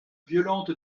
violente